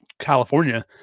California